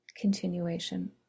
continuation